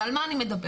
על מה אני מדברת?